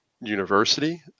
university